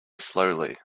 slowly